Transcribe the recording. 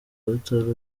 butaro